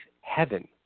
heaven